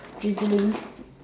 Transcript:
drizzling